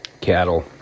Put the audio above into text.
Cattle